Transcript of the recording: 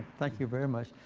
thank you very much.